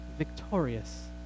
victorious